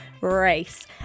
Race